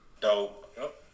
Dope